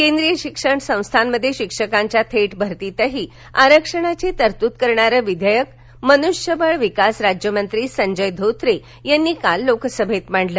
केंद्रीय शिक्षणसंस्थांमध्ये शिक्षकांच्या थेट भरतीतही आरक्षणाची तरतूद करणारं विधेयक मनुष्यबळ विकास राज्यमंत्री संजय धोत्रे यांनी काल लोकसभेत मांडलं